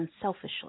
unselfishly